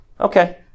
Okay